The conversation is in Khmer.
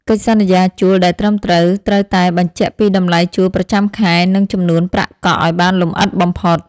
កិច្ចសន្យាជួលដែលត្រឹមត្រូវ ត្រូវតែបញ្ជាក់ពីតម្លៃជួលប្រចាំខែនិងចំនួនប្រាក់កក់ឱ្យបានលម្អិតបំផុត។